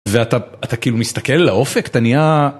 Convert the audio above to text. ואתה כאילו מסתכל לאופק, אתה נהיה...